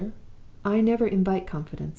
i never invite confidences.